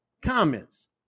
Comments